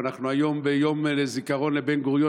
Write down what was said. אנחנו היום ביום הזיכרון לבן-גוריון,